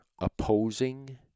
opposing